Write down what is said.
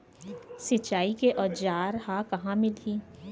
सिंचाई के औज़ार हा कहाँ मिलही?